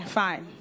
fine